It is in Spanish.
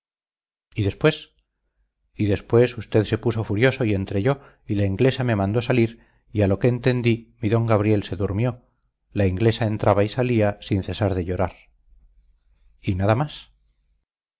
y después y después usted se puso furioso y entré yo y la inglesa me mandó salir y a lo que entendí mi don gabriel se durmió la inglesa entraba y salía sin cesar de llorar y nada más